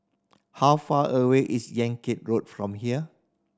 how far away is Yan Kit Road from here